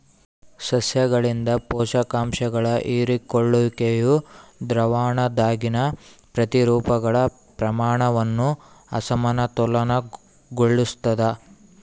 ಸಸ್ಯಗಳಿಂದ ಪೋಷಕಾಂಶಗಳ ಹೀರಿಕೊಳ್ಳುವಿಕೆಯು ದ್ರಾವಣದಾಗಿನ ಪ್ರತಿರೂಪಗಳ ಪ್ರಮಾಣವನ್ನು ಅಸಮತೋಲನಗೊಳಿಸ್ತದ